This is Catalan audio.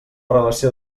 relació